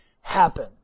happen